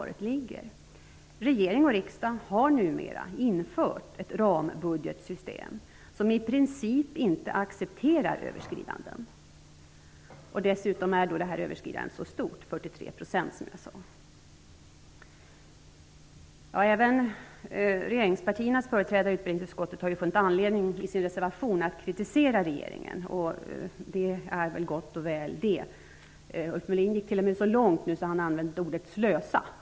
Regering och riksdag har numera infört ett rambudgetsystem som i princip inte accepterar överskridanden. Dessutom är överskridandet så stort, 43 %. Även regeringspartiernas företrädare i utbildningsutskottet har ju funnit anledning att i sin reservation kritisera regeringen. Det är väl gott och väl. Ulf Melin gick t.o.m. så långt att han använde ordet slösa.